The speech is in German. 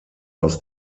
aus